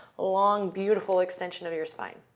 long, beautiful extension of your spine.